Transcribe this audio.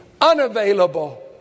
unavailable